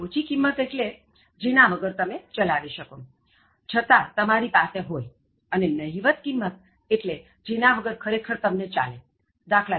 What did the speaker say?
ઓછી કિમત એટલે જેના વગર તમે ચલાવી શકો છતાં તમારી પાસે હોય અને નહિવત કિમત એટલે જેના વગર ખરેખર તમને ચાલે દા